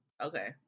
Okay